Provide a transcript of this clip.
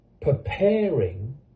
preparing